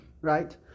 Right